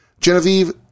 Genevieve